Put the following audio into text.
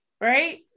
right